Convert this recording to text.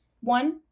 One